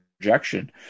projection